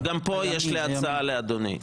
גם פה יש לי הצעה לאדוני,